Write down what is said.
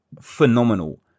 phenomenal